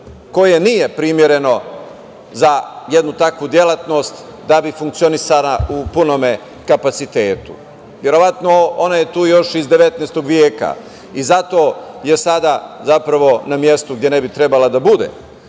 koje nije primereno za jednu takvu delatnost da bi funkcionisala u punom kapacitetu. Ona je tu još iz 19. veka i zato je sada na mestu, gde ne bi trebala da bude.